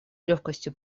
легкостью